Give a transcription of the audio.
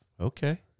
Okay